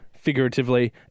figuratively